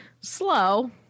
Slow